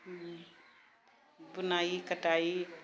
बुनाइ कटाइ